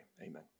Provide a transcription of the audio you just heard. amen